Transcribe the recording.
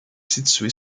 situé